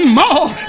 more